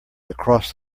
across